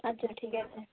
আচ্ছা ঠিক আছে